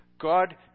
God